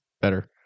better